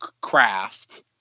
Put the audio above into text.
craft